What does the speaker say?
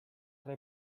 tra